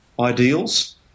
ideals